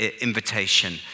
invitation